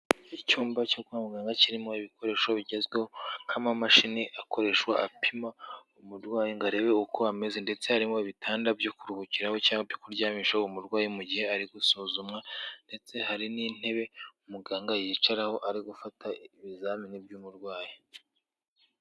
Icyumba cyo kwa muganga kirimo ibikoresho bigezweho, nk'amamashini akoreshwa apima umurwayi ngo arebe uko ameze ndetse harimo ibitanda byo kuruhukiraho cyangwa kuryamishaho umurwayi mu gihe ari gusuzumwa ndetse hari n'intebe umuganga yicaraho ari gufata ibizamini by'umurwayi.